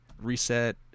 reset